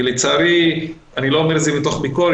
אני לא אומר את זה מתוך ביקורת,